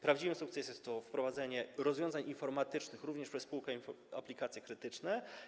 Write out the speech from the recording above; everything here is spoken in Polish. Prawdziwym sukcesem jest wprowadzenie rozwiązań informatycznych również przez spółkę Aplikacje Krytyczne.